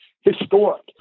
historic